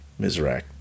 Mizrak